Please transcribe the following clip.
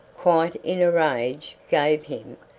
quite in a rage, gave him,